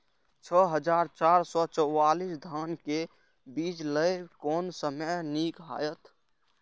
छः हजार चार सौ चव्वालीस धान के बीज लय कोन समय निक हायत?